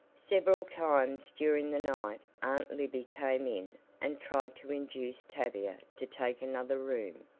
several times during the night aunt libby came in and tried to induce tavia to take another room,